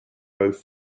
both